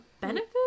benefit